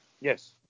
Yes